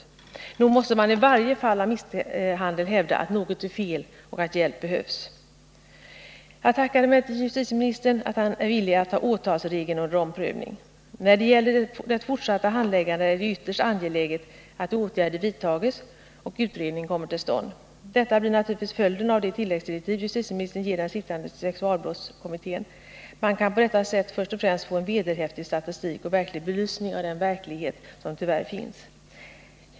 Men nog måste man i varje fall av misshandel hävda att något är fel och att hjälp behövs! Jag tackar emellertid justitieministern för att han är villig att ta åtalsregeln under omprövning. När det gäller det fortsatta handläggandet är det ytterst angeläget att åtgärder vidtas och att utredning kommer till stånd. Detta blir naturligtvis följden av de tilläggsdirektiv justitieministern ger den sittande sexualbrottskommittén. Man kan därigenom först och främst få en vederhäftig statistik och en realistisk belysning av den verklighet som tyvärr finns.